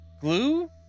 glue